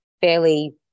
fairly